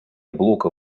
блока